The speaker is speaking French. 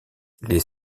les